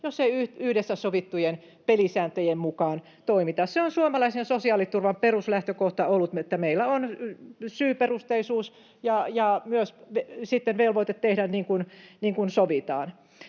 jos ei yhdessä sovittujen pelisääntöjen mukaan toimita. Se on suomalaisen sosiaaliturvan peruslähtökohta ollut, että meillä on syyperusteisuus ja myös sitten velvoite tehdä niin kuin sovitaan.